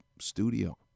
studio